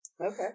Okay